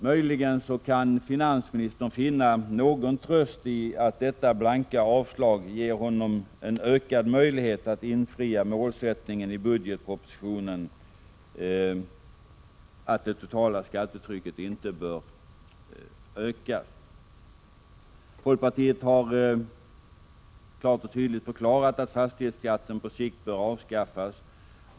Möjligen kan finansministern finna någon tröst i att detta blanka avslag ger honom ökad möjlighet att infria målsättningen i budgetpropositionen att det totala skattetrycket inte bör öka. Folkpartiet har klart och tydligt förklarat att fastighetsskatten på sikt bör avskaffas.